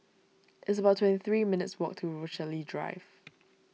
it's about twenty three minutes' walk to Rochalie Drive